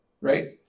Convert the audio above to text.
right